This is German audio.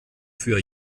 für